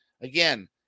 again